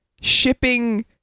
shipping